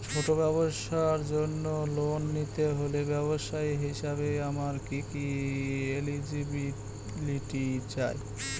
ছোট ব্যবসার জন্য লোন নিতে হলে ব্যবসায়ী হিসেবে আমার কি কি এলিজিবিলিটি চাই?